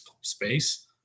space